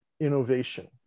innovation